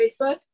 Facebook